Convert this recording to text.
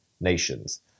nations